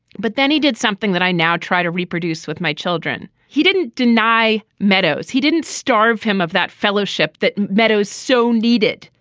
but then he did something that i now try to reproduce with my children. he didn't deny meadows. he didn't starve him of that fellowship that meadows so needed.